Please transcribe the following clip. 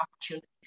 opportunities